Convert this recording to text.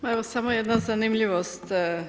Ma evo samo jedna zanimljivost.